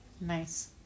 Nice